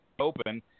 open